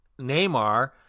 Neymar